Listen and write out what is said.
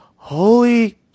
holy